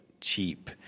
cheap